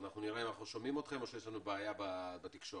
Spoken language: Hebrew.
במקביל אנחנו רואים שההתקשרות עם האגודה